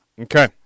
Okay